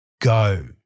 Go